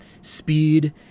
speed